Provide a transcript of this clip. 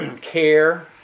care